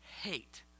hate